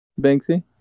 Banksy